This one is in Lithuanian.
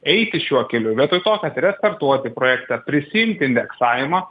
eiti šiuo keliu vietoj to kad restartuoti projektą prisiimti indeksavimą